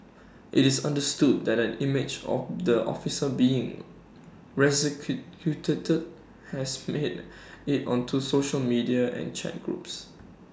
IT is understood that an image of the officer being resuscitated has made IT onto social media and chat groups